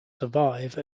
survive